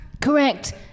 Correct